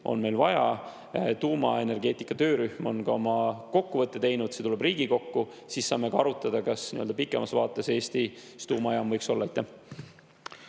on meil vaja. Tuumaenergeetika töörühm on oma kokkuvõtte teinud, see tuleb Riigikokku, siis saame ka arutada, kas pikemas vaates võiks Eestis tuumajaam olla.